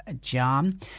John